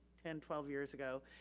and twelve years ago,